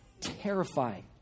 terrifying